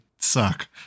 suck